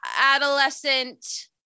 adolescent